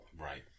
Right